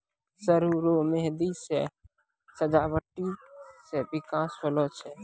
सरु रो मेंहदी से सजावटी मे बिकास होलो छै